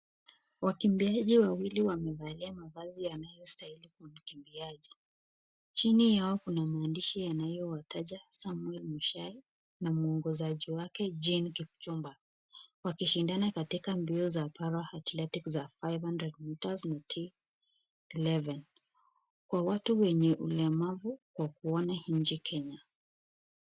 Wakimbiaji wawili wamevalia mavazi yanayostahili kwa wakimbiaji chini yao kuna maandishi yanayowataja Samuel Mushai na mwongozaji wake Jane Kipchumba wakishinana katika mbio za mara athletics za five hundred metres eleven . Kwa watu wenye ulemavu kwa kuona nje Kenya.